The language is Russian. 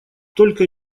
только